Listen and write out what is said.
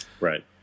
Right